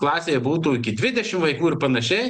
klasėje būtų iki dvidešim vaikų ir panašiai